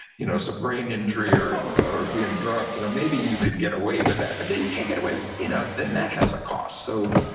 you know so brain injury or or being drunk, you know maybe you could get away with that but then you can't get away, you know, then that has a cost. so